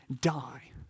die